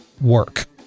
work